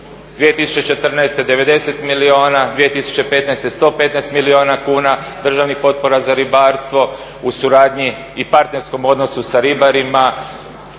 2014. 90 milijuna, 2015. 115 milijuna kuna državnih potpora za ribarstvo u suradnji i partnerskom odnosu sa ribarima.